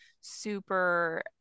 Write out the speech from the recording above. super